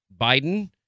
Biden